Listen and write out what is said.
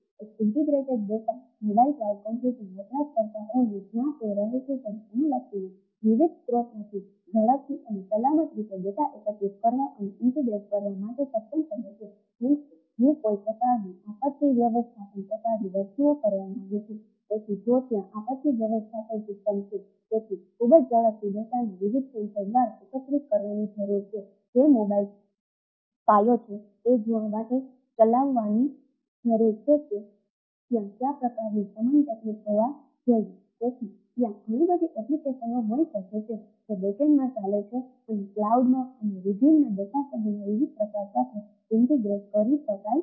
એક integrated data કરી શકાય છે